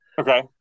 Okay